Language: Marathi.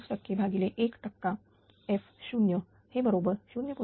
5 टक्के भागिले एक टक्का f0 हे बरोबर 0